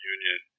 Union